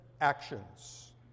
actions